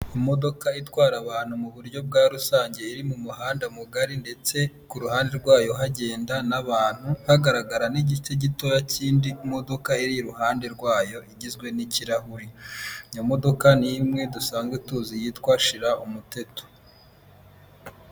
Imodoka itwara abantu mu buryo bwa rusange, iri mu muhanda mugari, ndetse ku ruhande rwayo hagenda n'abantu, hagaragara n'igice gitoya cy'indi modoka iri iruhande rwayo, igizwe n'ikirahuri. Iyo modoka ni imwe dusanzwe tuzi yitwa shira umuteto.